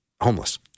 homeless